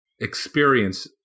experience